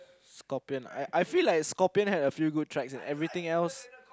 scorpion I I feel like scorpion had a few good tracks and everything else